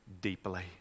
deeply